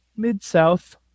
Mid-South